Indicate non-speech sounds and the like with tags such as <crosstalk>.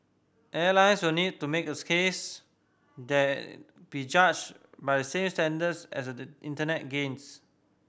airlines will need to make a <unintelligible> case that be judged by the same standards as the Internet giants